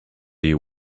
you